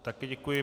Také děkuji.